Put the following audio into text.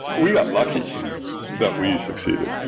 we are lucky that we succeeded.